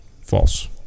false